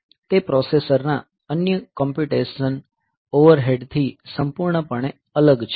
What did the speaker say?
તે પ્રોસેસર ના અન્ય કોમ્પ્યુટેશનલ ઓવરહેડ થી સંપૂર્ણપણે અલગ છે